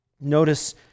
Notice